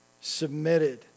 Submitted